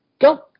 go